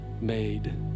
made